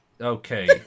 Okay